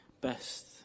Best